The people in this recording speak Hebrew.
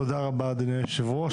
תודה רבה, אדוני יושב הראש.